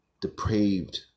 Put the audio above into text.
depraved